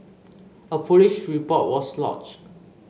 a police report was lodged